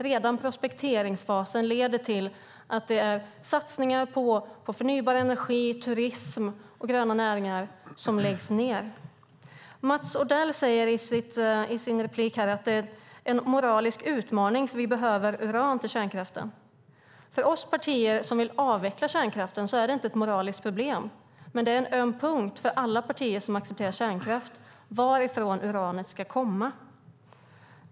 Redan prospekteringsfasen leder till att satsningar på förnybar energi, turism och gröna näringar läggs ned. Mats Odell säger i sin replik att det är en moralisk utmaning, för vi behöver uran till kärnkraften. För oss som vill avveckla kärnkraften är det inte ett moraliskt problem, men varifrån uranet ska komma är en öm punkt för alla partier som accepterar kärnkraft.